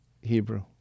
Hebrew